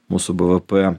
mūsų bvp